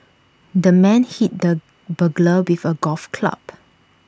the man hit the burglar with A golf club